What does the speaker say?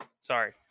Sorry